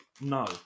No